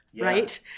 right